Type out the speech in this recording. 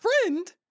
friend